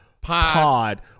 Pod